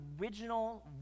original